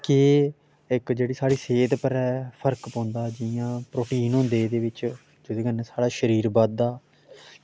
केह् इक्क जेह्ड़ी साढ़ी सेह्त पर ऐ फर्क पौंदा जि'यां प्रोटीन होंदे एह्दे बिच्च जेह्दे कन्नै साढ़ा शरीर बधदा